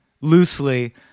loosely